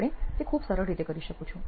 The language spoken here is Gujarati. આપણે તે ખુબ સરળ રીતે કરીશું